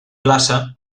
glaça